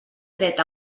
dret